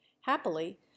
Happily